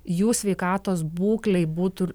jų sveikatos būklei būtų